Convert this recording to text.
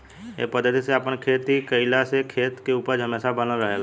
ए पद्धति से आपन खेती कईला से खेत के उपज हमेशा बनल रहेला